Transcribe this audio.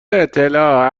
اطلاع